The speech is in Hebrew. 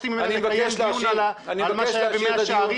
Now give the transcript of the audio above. מבקש לשמור על כבודה של יושבת הראש.